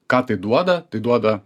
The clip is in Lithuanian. ką tai duoda tai duoda